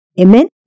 Amen